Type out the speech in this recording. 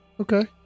Okay